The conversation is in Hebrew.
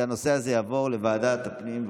שהנושא הזה יעבור לוועדת הפנים.